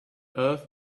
earth